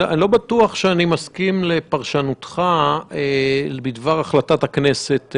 לא בטוח שאני מסכים לפרשנותך בדבר החלטת הכנסת.